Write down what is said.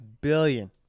billion